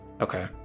Okay